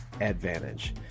advantage